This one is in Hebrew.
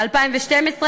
ב-2012,